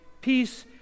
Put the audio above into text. peace